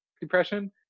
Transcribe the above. depression